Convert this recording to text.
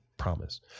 promise